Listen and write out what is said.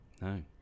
no